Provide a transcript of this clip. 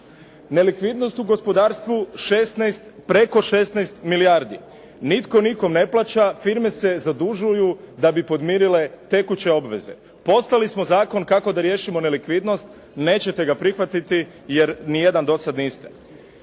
Nelikvidnost u gospodarstvu preko 16 milijardi. Nitko nikom ne plaća, firme se zadužuju da bi podmirile tekuće obveze. Poslali smo zakon kako da riješimo nelikvidnost, nećete ga prihvatiti jer nijedan dosad niste.